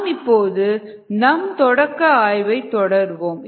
நாம் இப்போது நம் தொடக்க ஆய்வைத் தொடர்வோம்